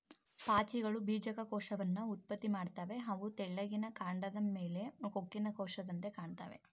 ಪಾಚಿಗಳು ಬೀಜಕ ಕೋಶವನ್ನ ಉತ್ಪತ್ತಿ ಮಾಡ್ತವೆ ಅವು ತೆಳ್ಳಿಗಿನ ಕಾಂಡದ್ ಮೇಲೆ ಕೊಕ್ಕಿನ ಕೋಶದಂತೆ ಕಾಣ್ತಾವೆ